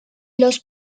los